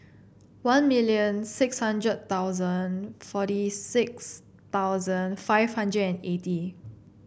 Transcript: one million six hundred thousand forty six thousand five hundred and eighty